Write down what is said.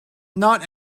not